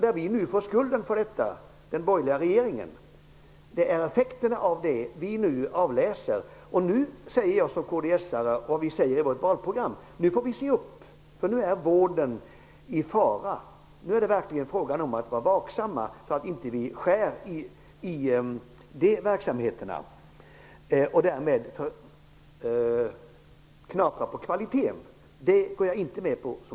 Det får den borgerliga regeringen nu skulden för. Det är effekterna av den nedragningen som vi kan utläsa nu. Vi kds-are säger i vårt valprogram att vi måste se upp, eftersom vården nu är i fara. Nu gäller det verkligen att vara vaksamma, så att vi inte skär i de verksamheterna och därmed knaprar på kvaliteten. Som kds-are går jag inte med på det.